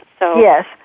Yes